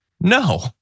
No